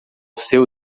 seu